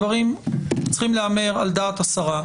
הדברים צריכים להיאמר על דעת השרה,